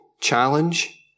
challenge